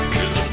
Cause